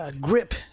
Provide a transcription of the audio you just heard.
Grip